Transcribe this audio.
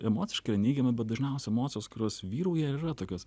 emociškai yra neigiami bet dažniausiai emocijos kurios vyrauja ir yra tokios